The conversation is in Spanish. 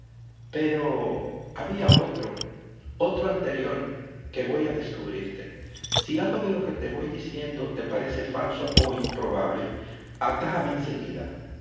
pero había otro otro anterior que voy a descubrirte si algo de lo que te voy diciendo te parece falso o improbable